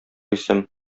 исем